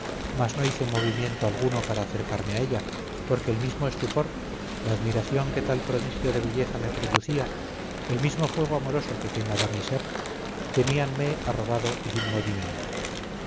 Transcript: mas no hice movimiento alguno para acercarme a ella porque el mismo estupor la admiración que tal prodigio de belleza me producía el mismo fuego amoroso que quemaba mi ser teníanme arrobado y sin movimiento